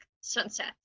sunset